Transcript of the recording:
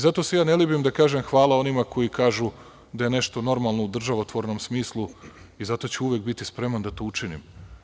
Zato se ne libim da kažem – hvala onima koji kažu da je nešto normalno u državotvornom smislu i zato ću uvek biti spreman da to učinim.